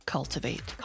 Cultivate